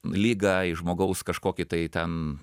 ligą į žmogaus kažkokį tai ten